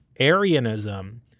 Arianism